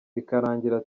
bikarangira